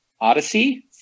Odyssey